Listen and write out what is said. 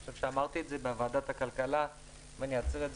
אני חושב שאמרתי את זה בוועדת הכלכלה ואני אחזור על זה